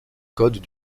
codes